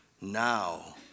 now